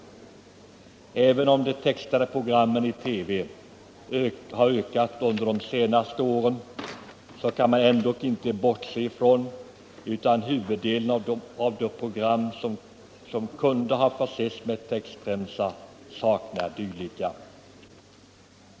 Även om antalet textade program i TV har ökat under de senaste 9 åren kan man inte bortse från att huvuddelen av de program som kunde ha försetts med textremsa saknar sådan.